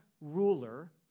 ruler